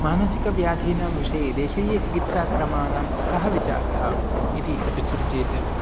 मानसिकव्याधीनां विषये देशीयचिकित्साक्रमाणां कः विचारः इति पृच्छति चेत्